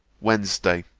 wednesday.